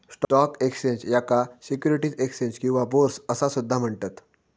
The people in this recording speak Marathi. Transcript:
स्टॉक एक्स्चेंज, याका सिक्युरिटीज एक्स्चेंज किंवा बोर्स असा सुद्धा म्हणतत